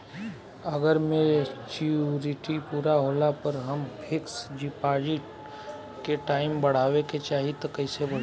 अगर मेचूरिटि पूरा होला पर हम फिक्स डिपॉज़िट के टाइम बढ़ावे के चाहिए त कैसे बढ़ी?